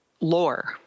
lore